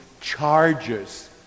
charges